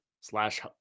slash